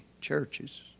churches